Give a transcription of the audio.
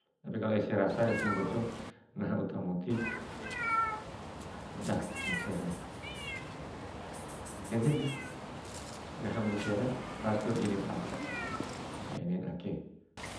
Tapi kalo ese rasa, ese mbojo, ngaha uta moti, moda ncera. edepni, ngaha ma ncera, pala ti diloa nefa, di aina ake.